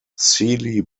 seely